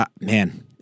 man